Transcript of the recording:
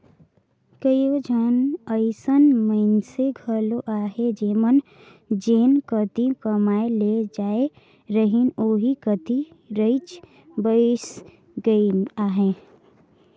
कइयो झन अइसन मइनसे घलो अहें जेमन जेन कती कमाए ले जाए रहिन ओही कती रइच बइस गइन अहें